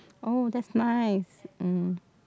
oh that's nice um